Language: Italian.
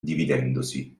dividendosi